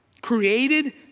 created